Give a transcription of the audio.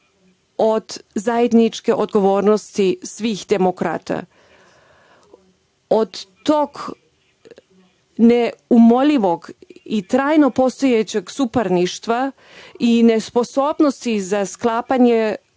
od zajedničke odgovornosti svih demokrata. Od tog neumoljivog i trajno postojećeg suparništva i nesposobnosti za sklapanje